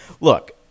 Look